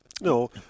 No